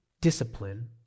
discipline